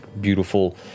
beautiful